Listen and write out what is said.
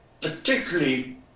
particularly